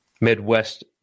Midwest